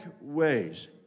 ways